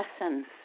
lessons